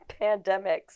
pandemics